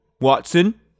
watson